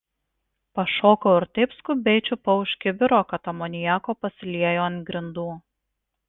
pašokau ir taip skubiai čiupau už kibiro kad amoniako pasiliejo ant grindų